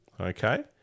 Okay